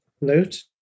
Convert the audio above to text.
note